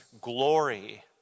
Glory